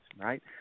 right